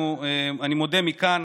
אני מודה מכאן